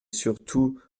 surtout